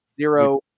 Zero